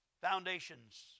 foundations